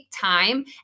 time